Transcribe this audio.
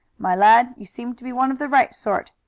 my lad, you seem to be one of the right sort.